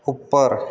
ਉੱਪਰ